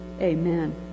Amen